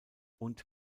und